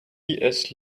lewis